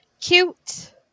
cute